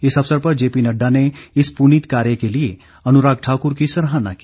इस अवसर पर जेपी नडडा ने इस पुनीत कार्य के लिए अनुराग ठाकुर की सराहना की